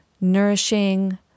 nourishing